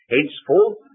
Henceforth